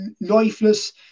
lifeless